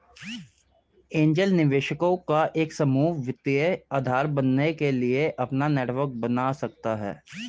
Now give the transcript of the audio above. angel निवेशकों का एक समूह वित्तीय आधार बनने के लिए अपना नेटवर्क बना सकता हैं